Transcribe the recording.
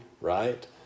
right